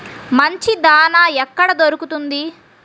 మంచి దాణా ఎక్కడ దొరుకుతుంది?